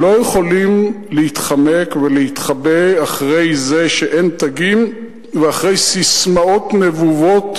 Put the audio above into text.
לא יכולים להתחמק ולהתחבא מאחורי זה שאין תגים ומאחורי ססמאות נבובות.